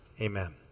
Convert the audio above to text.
Amen